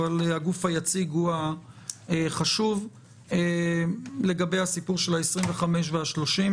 אבל הגוף היציג הוא החשוב לגבי הסיפור של ה-25 וה-35.